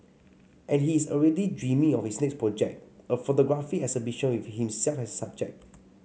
and he is already dreaming of his next project a photography exhibition with himself as the subject